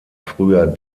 früher